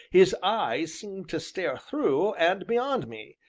his eyes seemed to stare through, and beyond me,